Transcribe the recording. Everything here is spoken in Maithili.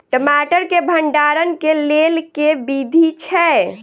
टमाटर केँ भण्डारण केँ लेल केँ विधि छैय?